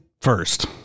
first